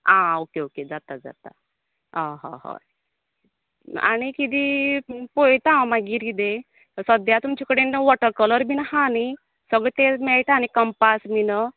आं okay okay जाता जाल अ होय आनी किदी पळयेता हांव मागीर किदें सध्या तुमचे कडेन वॉटर कलर बी आसा नी आसा नी सगळें तें मेळता नी कंपास बीनं